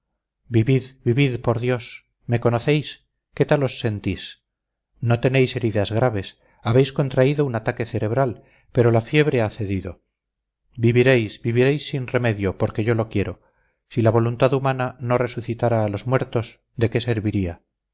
vivid vivid por dios me conocéis qué tal os sentís no tenéis heridas graves habéis contraído un ataque cerebral pero la fiebre ha cedido viviréis viviréis sin remedio porque yo lo quiero si la voluntad humana no resucitara a los muertos de qué serviría